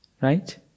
Right